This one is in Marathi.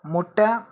मोठ्या